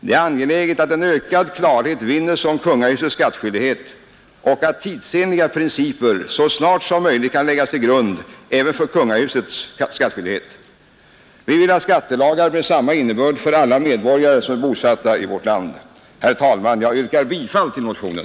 Det är angeläget att ökad klarhet vinnes om kungahusets skattskyldighet och att tidsenliga principer så snart som möjligt kan läggas till grund även för kungahusets skattskyldighet. Vi vill ha skattelagar med samma innebörd för alla medborgare som är bosatta i vårt land. Herr talman! Jag yrkar bifall till motionen.